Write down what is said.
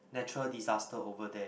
natural disaster over there